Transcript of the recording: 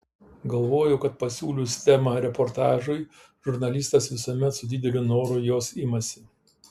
galvojau kad pasiūlius temą reportažui žurnalistas visuomet su dideliu noru jos imasi